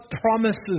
promises